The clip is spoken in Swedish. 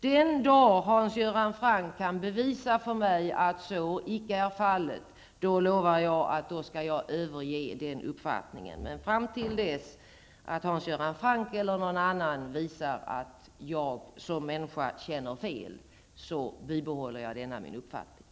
Den dag Hans Göran Franck kan bevisa för mig att så icke är fallet lovar jag att jag skall överge den uppfattningen, men fram till dess att han eller någon annan visar att jag som människa känner fel bibehåller jag denna min uppfattning.